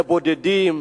לבודדים,